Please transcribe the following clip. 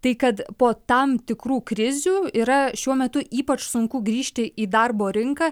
tai kad po tam tikrų krizių yra šiuo metu ypač sunku grįžti į darbo rinką